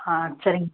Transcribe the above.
ஆ ஆ சரிங்க